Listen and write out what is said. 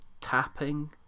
tapping